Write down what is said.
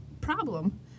problem